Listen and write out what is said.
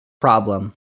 problem